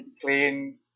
Clean